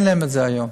אין להם את זה היום.